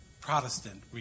Protestant